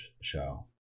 show